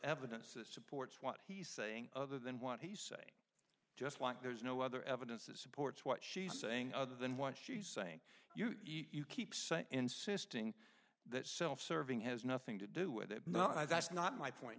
evidence that supports what he's saying other than want he say just like there's no other evidence that supports what she's saying other than what she's saying you keep saying insisting that self serving has nothing to do with it not i that's not my point